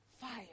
fire